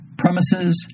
Premises